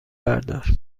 بردار